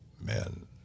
men